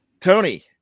Tony